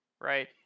right